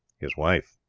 his wife.